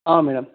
madam